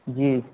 جی